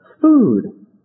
food